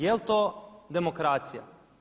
Jel to demokracija?